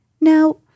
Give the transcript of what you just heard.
Now